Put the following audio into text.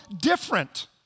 different